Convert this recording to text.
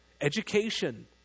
education